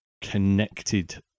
connected